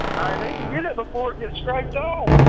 i need to get it before it gets scraped off.